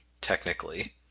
technically